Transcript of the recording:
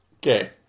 Okay